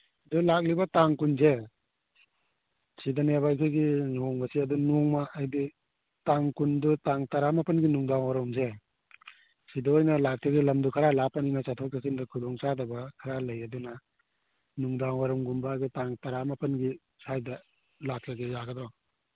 ꯑꯗꯨ ꯂꯥꯛꯂꯤꯕ ꯇꯥꯡ ꯀꯨꯟꯁꯦ ꯁꯤꯗꯅꯦꯕ ꯑꯩꯈꯣꯏꯒꯤ ꯂꯨꯍꯣꯡꯕꯁꯦ ꯑꯗꯨ ꯅꯣꯡꯃ ꯍꯥꯏꯗꯤ ꯇꯥꯡ ꯀꯨꯟꯗꯣ ꯇꯥꯡ ꯇꯔꯥ ꯃꯥꯄꯟꯒꯤ ꯅꯨꯡꯗꯥꯡꯋꯥꯏꯔꯝꯁꯦ ꯁꯤꯗ ꯑꯣꯏꯅ ꯂꯥꯛꯇꯣꯔꯦ ꯂꯝꯗꯣ ꯈꯔ ꯂꯥꯞꯄꯅꯤꯅ ꯆꯠꯊꯣꯛ ꯆꯠꯁꯤꯟꯗ ꯈꯨꯗꯣꯡꯆꯥꯗꯕ ꯈꯔ ꯂꯩ ꯑꯗꯨꯅ ꯅꯨꯡꯗꯥꯡꯋꯥꯏꯔꯝꯒꯨꯝꯕ ꯑꯩꯈꯣꯏ ꯇꯥꯡ ꯇꯔꯥ ꯃꯥꯄꯟꯒꯤ ꯁꯥꯏꯗ ꯂꯥꯛꯆꯒꯦ ꯌꯥꯒꯗ꯭ꯔꯣ